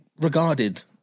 regarded